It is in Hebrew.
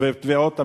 ואת תביעות המדינה,